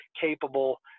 capable